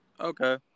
Okay